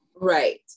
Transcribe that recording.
Right